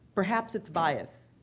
perhaps it's bias,